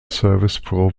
service